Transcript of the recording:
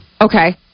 Okay